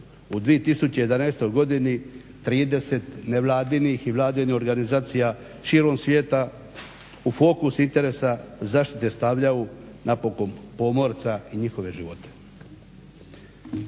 U 2011. godini 30 nevladinih i vladinih organizacija širom svijet u fokus interesa zaštite stavljaju napokon pomorca i njihove živote.